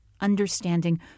understanding